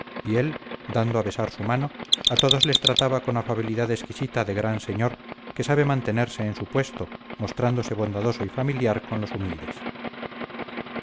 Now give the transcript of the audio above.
y él dando a besar su mano a todos les trataba con afabilidad exquisita de gran señor que sabe mantenerse en su puesto mostrándose bondadoso y familiar con los humildes